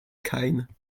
kine